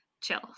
chill